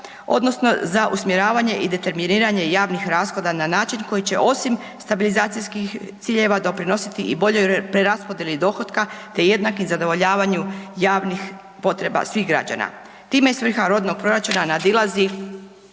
odnosno za usmjeravanje i determiniranje javnih rashoda na način koji će osim stabilizacijskih ciljeva doprinositi i boljoj preraspodjeli dohotka te jednakom zadovoljavanju javnih potreba svih građana. Time svrha rodnog proračuna nadilazi